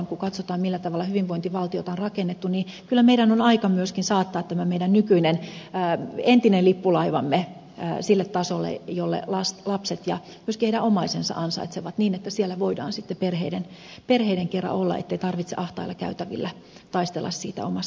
kun katsotaan millä tavalla hyvinvointivaltiota on rakennettu niin kyllä meidän on aika myöskin saattaa tämä meidän entinen lippulaivamme sille tasolle jonka lapset ja myöskin heidän omaisensa ansaitsevat niin että siellä voidaan perheiden kera olla ettei tarvitse ahtailla käytävillä taistella omasta tilastaan